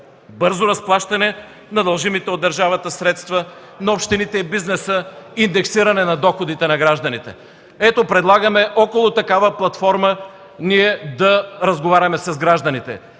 бързо разплащане на дължимите от държавата средства на общините и бизнеса и индексиране на доходите на гражданите. Предлагаме около такава платформа да разговаряме с гражданите.